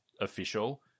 official